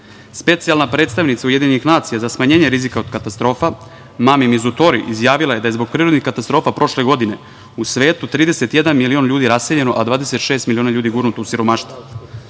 godini. Specijalna predstavnica UN za smanjenje rizika od katastrofa Mami Mizutori izjavila je da je zbog prirodnih katastrofa prošle godine u svetu 31 milion ljudi raseljeno, a 26 miliona ljudi gurnuto u siromaštvo. Dakle,